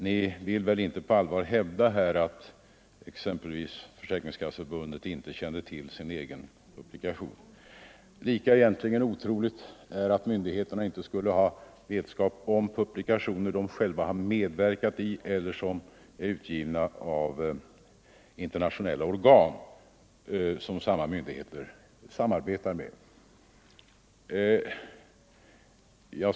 Ni vill väl inte på allvar hävda att exempelvis Försäkringskasseförbundet inte känt till sin publikation? Lika egentligen otroligt är att myndigheterna inte skulle ha vetskap om de publikationer de själva medverkat i eller som är utgivna av internationella organ som samma myndigheter samarbetar med.